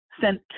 sent